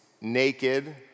naked